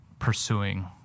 pursuing